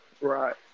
Right